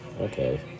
okay